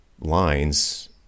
lines